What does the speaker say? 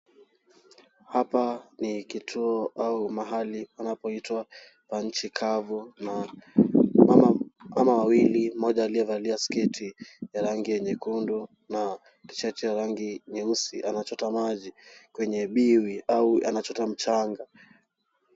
Hapa ni kituo au mahali panapoitwa pa nchi kavu ,mama wawili mmoja aliyevalia sketi ya rangi nyekundu na tisheti ya rangi nyeusi anachota maji kwenye biwi au anachota mchanga.